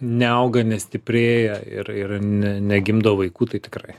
neauga nestiprėja ir ir ne negimdo vaikų tai tikrai